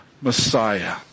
Messiah